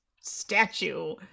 statue